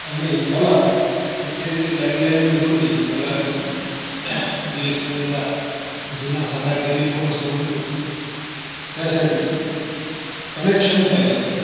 आणि मला इथे एक लँडलाईन जोडणी ज्याला आपण बी एस एन एलचा जुना साधा टेलिफोन असं म्हणतो त्यासाठी कनेक्शन पाहिजे